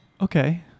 Okay